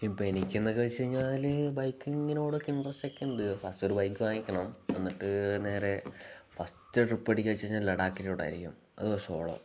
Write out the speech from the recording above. ഇപ്പോൾ എനിക്ക് എന്നൊക്കെ വെച്ച് കഴിഞ്ഞാൽ ബൈക്കിങ്ങിനോടൊക്കെ ഇൻട്രസ്റ്റ ഒക്കെ ഉണ്ട് ഫസ്റ്റ് ഒരു ബൈക്ക് വാങ്ങിക്കണം എന്നിട്ട് നേരെ ഫസ്റ്റ് ട്രിപ്പ്ടിക്കുക വെച്ച് കഴിഞ്ഞാൽ ലഡാക്കിലോട്ട് ആയിരിക്കും അത് ഒരു സോളോ